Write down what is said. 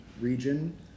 region